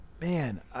Man